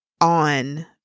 on